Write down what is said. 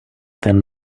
than